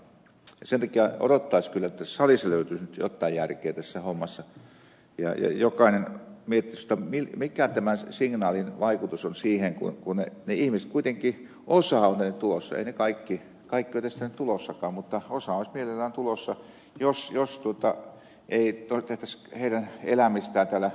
sen takia odottaisi kyllä että salissa löytyisi nyt jotain järkeä tässä hommassa ja jokainen miettisi jotta mikä tämän signaalin vaikutus on kun niistä ihmisistä kuitenkin osa on tänne tulossa eivät ne kaikki ole edes tänne tulossakaan mutta osa olisi mielellään tulossa jos ei tehtäisi heidän elämistään täällä enää nykyistä hankalammaksi